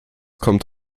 kommt